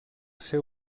ser